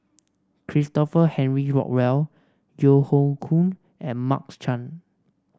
Christopher Henry Rothwell Yeo Hoe Koon and Mark Chan